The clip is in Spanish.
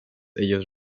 ellos